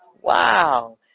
Wow